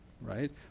right